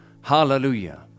Hallelujah